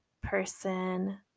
person